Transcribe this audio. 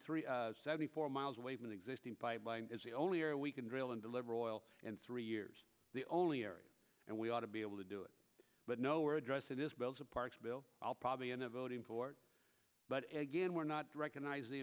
three seventy four miles away from an existing pipeline is the only or we can drill and deliver oil and three years the only area and we ought to be able to do it but nowhere address it is parksville i'll probably end up voting for it but again we're not recognize the